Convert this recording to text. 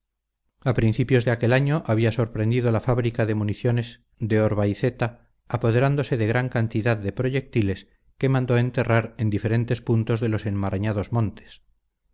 a principios de aquel año había sorprendido la fábrica de municiones de orbaiceta apoderándose de gran cantidad de proyectiles que mandó enterrar en diferentes puntos de los enmarañados montes